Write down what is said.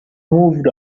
moved